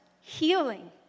healing